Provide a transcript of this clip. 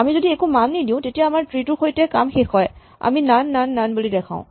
আমি যদি একো মান নিদিওঁ তেতিয়া আমাৰ ট্ৰী টোৰ সৈতে কাম শেষ হয় আমি নন নন নন বুলি দেখাওঁ